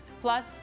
plus